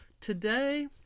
Today